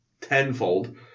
tenfold